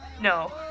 No